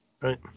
Right